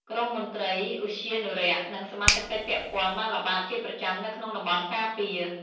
ក្រុមមន្ត្រីឧទ្យានុរក្ស និងសមត្ថកិច្ចពាក់ព័ន្ធបានល្បាតជាប្រចាំនៅក្នុងតំបន់ការពារ។